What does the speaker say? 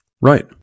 Right